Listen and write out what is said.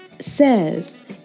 says